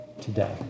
today